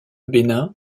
bénin